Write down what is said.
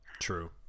True